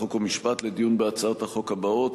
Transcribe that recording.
חוק ומשפט לדיון בהצעות החוק הבאות: